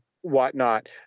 whatnot